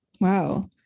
Wow